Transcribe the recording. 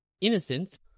innocence